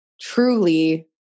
truly